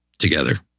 together